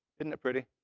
isn't it pretty?